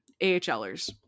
AHLers